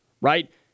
right